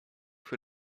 für